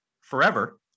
forever